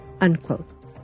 unquote